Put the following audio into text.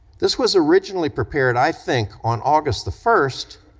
this was originally prepared, i think, on august the first,